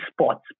spots